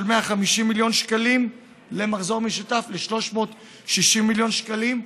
150 מיליון שקלים למחזור משותף ל-360 מיליון שקלים.